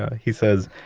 he says,